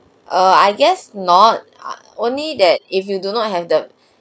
err I guess not only that if you do not have the